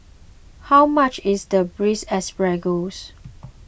how much is Braised Asparagus